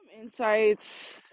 insights